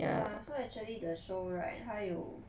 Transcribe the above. ya so actually the show right 它有